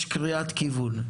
יש קריאת כיוון.